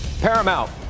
Paramount